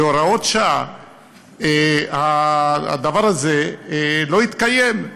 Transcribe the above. בהוראות שעה הדבר הזה לא התקיים,